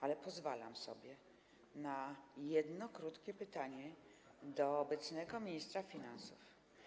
Ale pozwalam sobie na jedno krótkie pytanie do obecnego ministra finansów.